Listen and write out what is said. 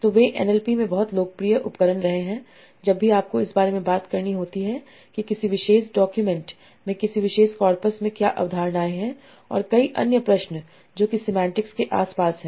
और वे N L P में बहुत लोकप्रिय उपकरण रहे हैं जब भी आपको इस बारे में बात करनी होती है कि किसी विशेष डॉक्यूमेंट्स में किसी विशेष कार्पस में क्या अवधारणाएं हैं और कई अन्य प्रश्न जो कि सेमांटिक्स के आसपास हैं